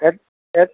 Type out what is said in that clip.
எப் எப்